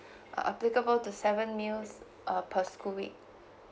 err applicable to seven meals uh per school week